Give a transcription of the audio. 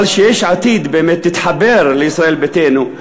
אבל שיש עתיד באמת תתחבר לישראל ביתנו,